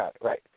right